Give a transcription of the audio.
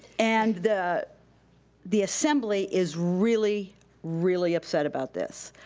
and the the assembly is really really upset about this.